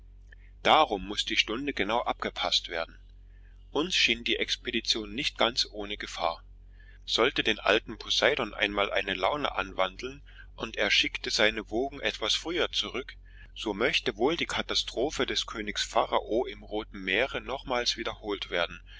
darum muß die stunde genau abgepaßt werden uns schien die expedition nicht ganz ohne gefahr sollte den alten poseidon einmal eine laune anwandeln und er schickte seine wogen etwas früher zurück so möchte wohl die katastrophe des königs pharao im roten meere nochmals wiederholt werden